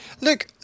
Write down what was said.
look